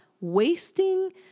wasting